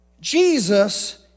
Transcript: Jesus